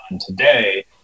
today